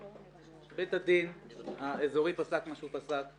בית הדין האזורי פסק את מה שהוא פסק.